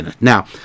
Now